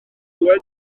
heulwen